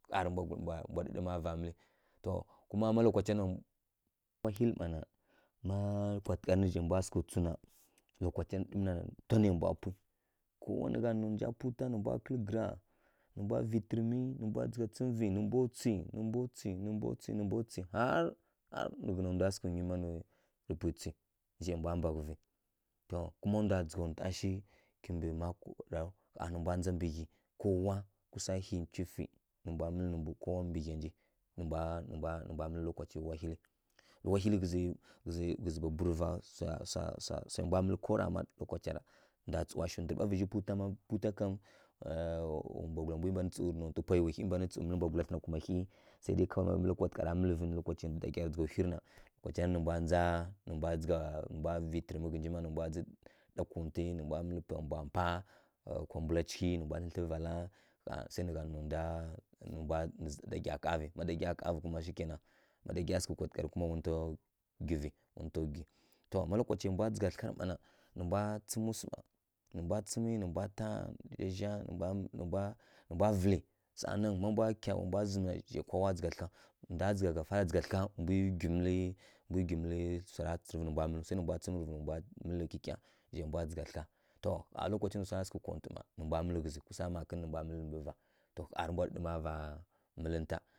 Ƙha rǝ mbwa ɗǝɗǝma vara mǝlǝ, to kuma má lokacira wahilǝ mma na má kwatǝgharǝ zhai mbwa sǝghǝ tsu na twa nai mbwa puyi kowa nǝ gha nǝ nǝ mbwa pu twa nǝ mbwa kǝlǝ gǝra nǝ mbwa vi tǝrǝmi nǝ mbwa dzǝgha tsǝmǝvǝ nǝ mbwa tswi nǝ mbwa tswi nǝ mbwa tswi harǝ nǝ ghǝna ndwa sǝghǝ nyi mma rǝ puyi tswi zhai mbwa mbaghǝvǝ. Kuma ndwa dzǝgha ntwa shi kimbǝ mako ɗayaw ƙha nǝ mbwa ndza kimbǝ ghyi kowa kusa yi ncufǝ nǝ mbwa mǝlǝ mbǝ ghya nji nǝ mbwa mǝlǝ kwapi wahilǝ, wahilǝ ghǝzǝ bwaburǝva swa swa swa swa mbwa mǝlǝ ko rama lokacira ndwa tsǝwa shiw ngǝɓa vǝzhi pu twa na pu twa kam wa mbwagula mbwi mban tsǝwi rǝ nontǝ pwai wa hyi mban tsǝw mǝlǝ mbwagula thlǝna kuma hyi sai dai ma tǝghara mǝlǝvǝrǝ lokacai ɗagyi dzǝgha whyi rǝ na vǝzhangǝ mbwa ndza nǝ mbwa vi tǝrǝmi nǝ mbwa ɗa nkuntǝ nǝ mbwa mǝlǝ pwai mbwa mpa kwa mbula cighǝ nǝ mbwa thlǝ thlǝ vala ƙha sai nǝ gha nǝ sai nǝ gha nǝ nǝ dagya kavǝ, ma dagya kavǝ kuma shikena ma dagya sǝghǝ kwatǝgharǝ wa nta gwivǝ wa nta gwivǝ. To ma lokacai mbwa dzǝgha thlǝgha mma na nǝ mbwa tsǝmǝ swu mma nǝ mbwa saˈa nan má mbwa kya nǝ mbwa zǝmǝ na mbwi gwi mǝlǝw swara tsǝrǝvǝ nǝ mbwa mǝlǝw sai mbwa tsǝmǝrǝvǝ nǝ mbwa mǝlǝ kyikya zhai mbwa ndzǝgha thlǝgha. To ƙha lokaci nǝ swa sǝghǝ kontǝ mma nǝ mbwa mǝlǝ ghǝzǝ kusa makǝn nǝ mbwa mǝlǝ mbǝ va ƙha rǝ mbwa ɗǝɗǝma va mǝlǝn nta.